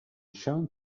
shown